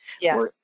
Yes